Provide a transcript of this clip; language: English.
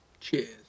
cheers